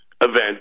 event